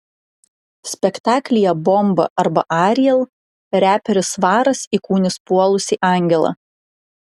spektaklyje bomba arba ariel reperis svaras įkūnys puolusį angelą